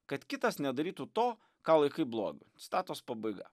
kad kitas nedarytų to ką laikai blogiu citatos pabaiga